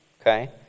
okay